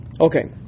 Okay